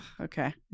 okay